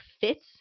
fits